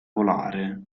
polare